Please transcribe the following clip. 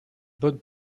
bonnes